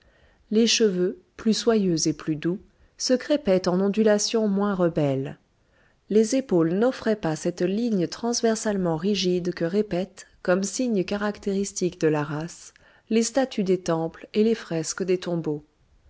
les cheveux plus soyeux et plus doux se crêpaient en ondulations moins rebelles les épaules n'offraient pas cette ligne transversalement rigide que répètent comme signe caractéristique de la race les statues des temples et les fresques des tombeaux